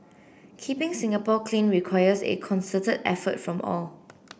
keeping Singapore clean requires a concerted effort from all